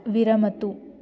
विरमतु